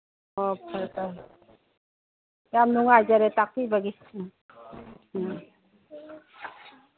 ꯑꯣ ꯐꯔꯦ ꯐꯔꯦ ꯌꯥꯝ ꯅꯨꯡꯉꯥꯏꯖꯔꯦ ꯇꯥꯛꯄꯤꯕꯒꯤ ꯎꯝ ꯎꯝ